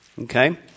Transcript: Okay